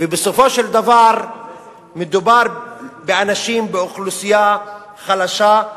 ובסופו של דבר מדובר באוכלוסייה חלשה,